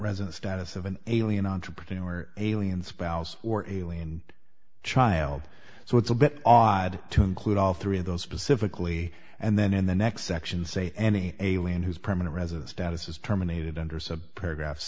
resident status of an alien entrepreneur or alien spouse or alien child so it's a bit odd to include all three of those specifically and then in the next section say any alien whose permanent residence status is terminated under subparagraph